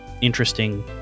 interesting